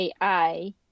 AI